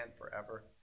forever